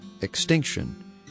extinction